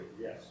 Yes